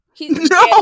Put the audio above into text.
No